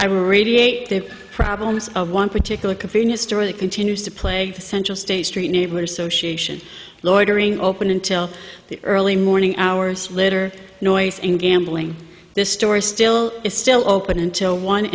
i will radiate the problems of one particular convenience store that continues to play the central state street neighbors so she asian loitering open until the early morning hours litter noise and gambling this story still is still open until one